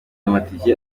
amatike